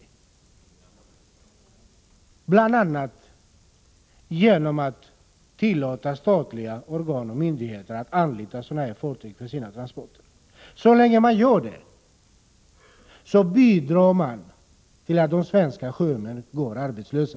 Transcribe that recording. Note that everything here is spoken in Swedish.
Det gör man bl.a. genom att tillåta statliga och kommunala organ och myndigheter att anlita sådana här fartyg för sina transporter. Så länge man gör det bidrar man till att de svenska sjömännen går arbetslösa.